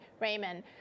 Raymond